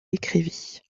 écrivit